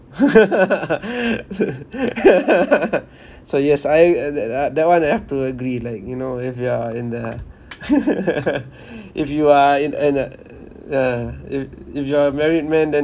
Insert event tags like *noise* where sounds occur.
*laughs* so yes I uh that uh that one I have to agree like you know if you are in the *laughs* if you are in in a yeah if if you are a married man then